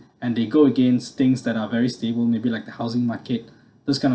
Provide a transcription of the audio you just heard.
and they go against things that are very stable maybe like the housing market those kind of